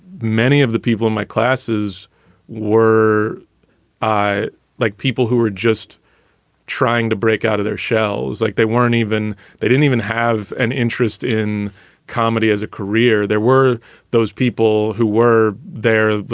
many of the people in my classes were i like people who were just trying to break out of their shells like they weren't even they didn't even have an interest in comedy as a career there were those people who were there.